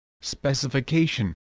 Specification